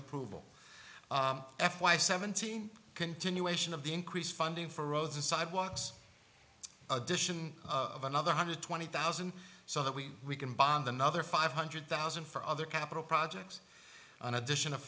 approval f y seventeen continuation of the increased funding for roads and sidewalks addition of another hundred twenty thousand so that we can bond another five hundred thousand for other capital projects in addition of